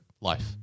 life